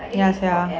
ya sia